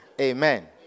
Amen